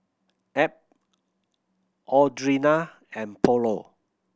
Ab Audrina and Paulo